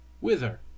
Whither